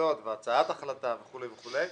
והחלטות והצעת החלטה וכולי וכולי,